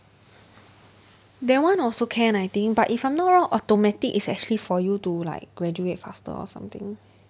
that one also can I think but if I'm not wrong automatic is actually for you to like graduate faster or something